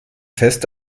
fest